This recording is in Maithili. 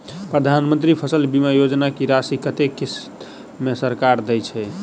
प्रधानमंत्री फसल बीमा योजना की राशि कत्ते किस्त मे सरकार देय छै?